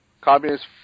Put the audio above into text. Communist